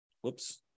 whoops